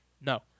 No